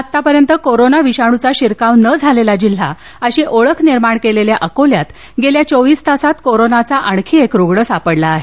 आतापर्यत कोरोना विषाणूचा शिरकाव न झालेला जिल्हा अशी ओळख निर्माण केलेल्या अकोल्यात गेल्या चोविस तासात कोरोनाचा आणखी एक रुग्ण सापडला आहे